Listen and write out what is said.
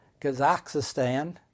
Kazakhstan